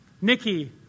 Nikki